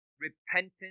Repentance